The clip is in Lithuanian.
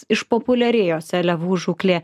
išpopuliarėjo seliavų žūklė